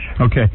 okay